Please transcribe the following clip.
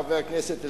חבר הכנסת אלדד,